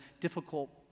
difficult